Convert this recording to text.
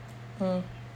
mm